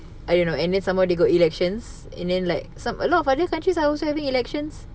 I don't know and then some more they got elections and then like some a lot of other countries are also having elections